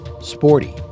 sporty